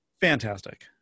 fantastic